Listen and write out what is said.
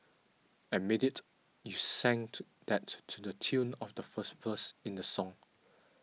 admit it you sang to that to to the tune of the first verse in the song